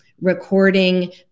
recording